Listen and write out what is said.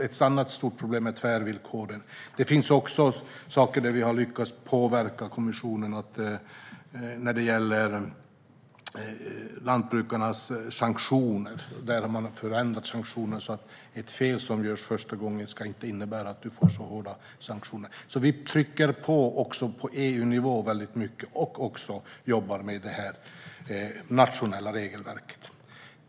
Ett annat stort problem är tvärvillkoren. Det finns saker där vi har lyckats påverka kommissionen när det gäller lantbrukarnas sanktioner. Man har förändrat dessa så att ett fel som görs första gången inte ska innebära så hårda sanktioner. Vi trycker på mycket på EU-nivå och jobbar också med det nationella regelverket.